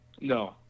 No